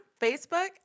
facebook